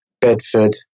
Bedford